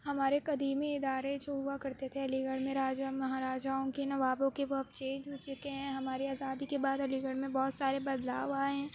ہمارے قدیمی ادارے جو ہُوا کرتے تھے علی گڑھ میں راجہ مہاراجاؤں کے نوابوں کے وہ اب چینج ہو چُکے ہیں ہمارے آزادی کے بعد علی گڑھ میں بہت سارے بدلاؤ آئے ہیں